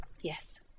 Yes